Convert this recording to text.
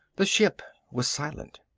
the ship was silent.